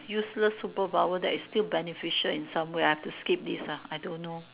useless superpower that is still beneficial in some way I've to skip this ah I don't know